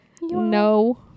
No